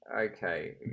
Okay